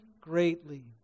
greatly